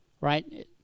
right